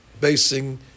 basing